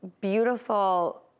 beautiful